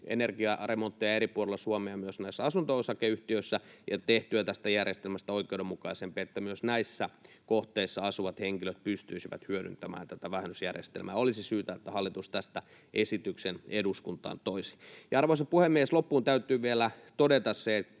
energiaremontteja eri puolilla Suomea myös näissä asunto-osakeyhtiöissä ja tehtyä tästä järjestelmästä oikeudenmukaisemman, jotta myös näissä kohteissa asuvat henkilöt pystyisivät hyödyntämään tätä vähennysjärjestelmää. Olisi syytä, että hallitus tästä esityksen eduskuntaan toisi. Arvoisa puhemies! Loppuun täytyy vielä todeta,